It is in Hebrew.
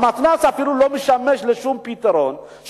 המתנ"ס אפילו לא משמש לשום פתרון.